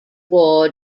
war